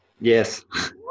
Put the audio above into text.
Yes